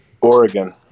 Oregon